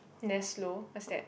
Nestlo whats that